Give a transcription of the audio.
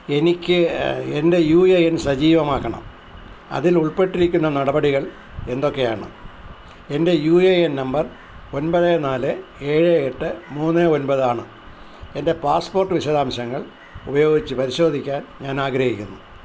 എനിക്ക് എൻ്റെ U A N സജീവമാക്കണം അതിൽ ഉൾപ്പെട്ടിരിക്കുന്ന നടപടികൾ എന്തൊക്കെയാണ് എൻ്റെ യു എ എൻ നമ്പർ ഒൻപത് നാല് ഏഴ് എട്ട് മൂന്ന് ഒൻപത് ആണ് എൻ്റെ പാസ്പോർട്ട് വിശദാംശങ്ങൾ ഉപയോഗിച്ച് പരിശോധിക്കാൻ ഞാൻ ആഗ്രഹിക്കുന്നു